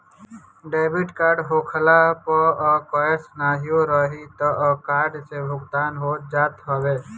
debit card होखला पअ cash नाहियो रही तअ कार्ड से भुगतान हो जात हवे